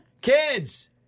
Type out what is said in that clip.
Kids